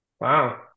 Wow